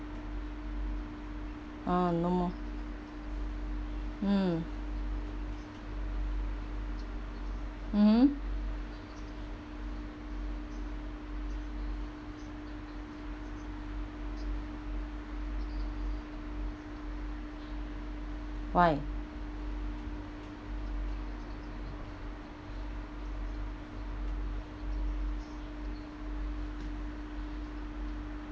ah no more mm mm mm why